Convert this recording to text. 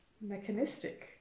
mechanistic